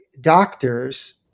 doctors